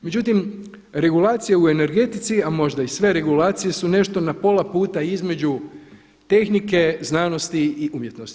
Međutim regulacije u energetici, a možda i sve regulacije su nešto na pola puta između tehnike, znanosti i umjetnosti.